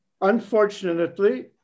Unfortunately